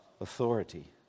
authority